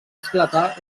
esclatar